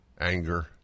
anger